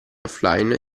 offline